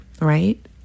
Right